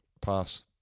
pass